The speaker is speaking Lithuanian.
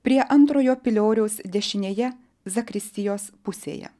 prie antrojo pilioriaus dešinėje zakristijos pusėje